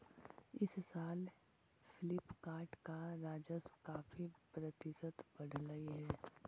इस साल फ्लिपकार्ट का राजस्व काफी प्रतिशत बढ़लई हे